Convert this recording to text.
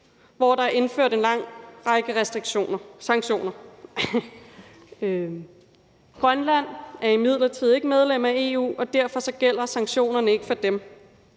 hvor der er indført en lang række sanktioner. Grønland er imidlertid ikke medlem af EU, og derfor gælder sanktionerne ikke for dem,